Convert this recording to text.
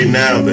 now